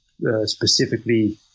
specifically